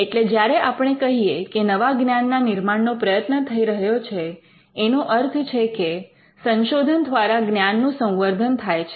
એટલે જ્યારે આપણે કહીએ કે નવા જ્ઞાનના નિર્માણનો પ્રયત્ન થઈ રહ્યો છે એનો અર્થ છે કે સંશોધન દ્વારા જ્ઞાનનું સંવર્ધન થાય છે